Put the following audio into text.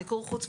מיקור חוץ,